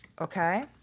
okay